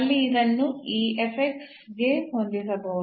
ಅಲ್ಲಿ ಇದನ್ನು ಈ ಗೆ ಹೊಂದಿಸಬಹುದು